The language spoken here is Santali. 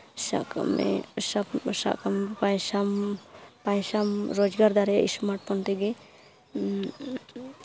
ᱥᱟᱵ ᱠᱟᱜ ᱢᱮ ᱥᱟᱵ ᱠᱟᱜ ᱢᱮ ᱯᱚᱭᱥᱟᱢ ᱯᱚᱭᱥᱟᱢ ᱨᱳᱡᱽᱜᱟᱨ ᱫᱟᱲᱮᱭᱟᱜᱼᱟ ᱥᱢᱟᱨᱴ ᱯᱷᱳᱱ ᱛᱮᱜᱮ